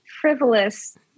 frivolous